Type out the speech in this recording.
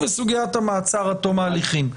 וסוגיית המעצר עד תום ההליכים.